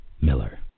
Miller